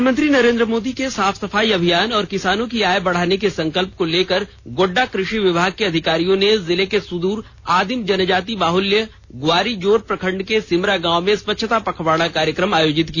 प्रधानमंत्री नरेंद्र मोदी के साफ सफाई अभियान और किसानों की आय बढ़ाने के संकल्प को लेकर गोड्डा कृषि विभाग के अधिकारियों ने जिले के सुदूर आदिम जनजाति बहुल्य ग्वारीजोर प्रखंड के सिमरा गांव में स्वच्छता पखवाड़ा कार्यकम आयोजित किया